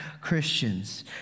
Christians